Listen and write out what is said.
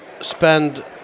spend